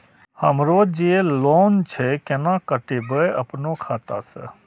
हमरो जे लोन छे केना कटेबे अपनो खाता से?